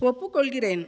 ஒப்புக்கொள்கிறேன்